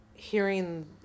hearing